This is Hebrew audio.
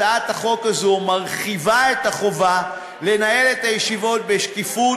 הצעת החוק הזאת מרחיבה את החובה לנהל את הישיבות בשקיפות